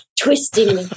twisting